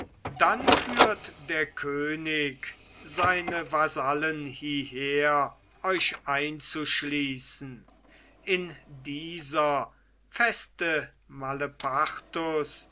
dann führet der könig seine vasallen hieher euch einzuschließen in dieser feste malepartus